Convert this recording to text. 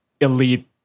elite